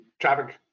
traffic